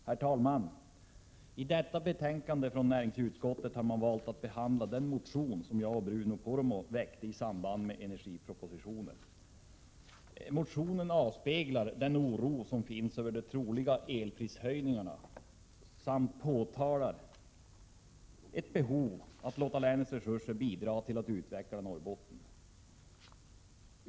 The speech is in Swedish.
Prot. 1987 Sö Åtgärder till förmån STSEIDFO RDS Ren: 3 äl E Sa för vattenkraftsprodu Motionen avspeglar den oro som finns över de troliga elprishöjningarna — vorande regioner samt påtalar behovet av att låta länets resurser bidra till att utveckla Norrbotten.